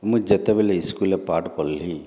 ମୁଁ ଯେତେବେଳେ ସ୍କୁଲ୍ରେ ପାଠ ପଢ଼ିଲି